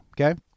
okay